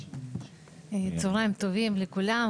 צוהריים טובים לכולם.